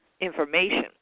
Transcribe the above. information